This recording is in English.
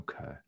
Okay